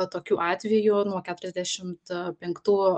tokių atvejų nuo keturiasdešimt penktų